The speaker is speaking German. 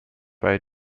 bei